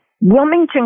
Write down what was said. Wilmington